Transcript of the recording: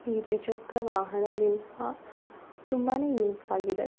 ಈ ದ್ವಿಚಕ್ರ ವಾಹನದಿಂದ ತುಂಬ ಯೂಸ್ ಆಗಿದೆ